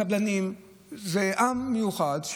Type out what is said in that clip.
קבלנים הם עם מיוחד,